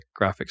graphics